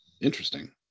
Interesting